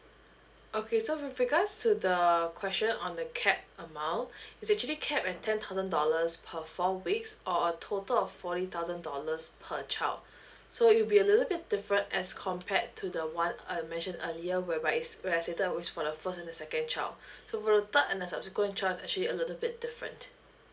okay so with regards to the question on the cap amount it's actually cap at ten thousand dollars per four weeks or a total of forty thousand dollars per child so it'll be a little bit different as compared to the one I mentioned earlier whereby it's uh stated that was for the first and the second child so for the third and the subsequent is actually a little bit different